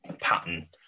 pattern